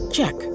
Check